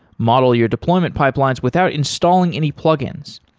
model your deployment pipelines without installing any plug-ins.